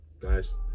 guys